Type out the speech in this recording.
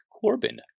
Corbin